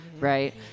right